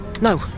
No